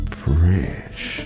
fresh